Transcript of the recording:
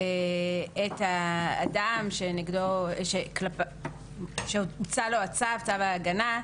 את האדם שכלפיו הוצא צו ההגנה,